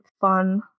fun